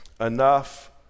Enough